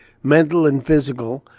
mental and physical,